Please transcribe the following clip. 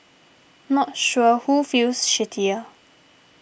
not sure who feels shittier